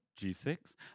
G6